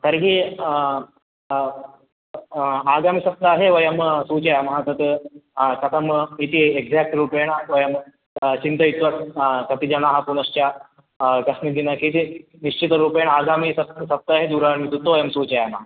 तर्हि आ आगामिसप्ताहे वयं सूचयामः तत् कथम् इति एग्ज़ाक्ट् रूपेण वयं चिन्तयित्वा कति जनाः पुनश्च कस्मिन् दिनाङ्के इति निश्चितरूपेण आगामि सप् सप्ताहे दूरवाणीं कृत्वा वयं सूचयामः